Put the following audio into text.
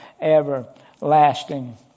everlasting